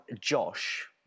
Josh